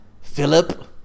Philip